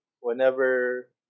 whenever